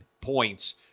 points